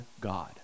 God